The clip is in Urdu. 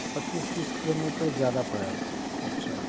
پچیس تیس کلو میٹر زیادہ پڑ جاتا اچھا